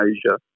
Asia